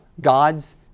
God's